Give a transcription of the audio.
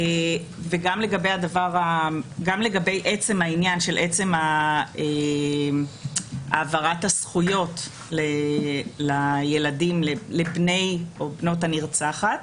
וגם לגבי עצם העניין של העברת הזכויות לילדים לבני או בנות הנרצחת,